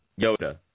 Yoda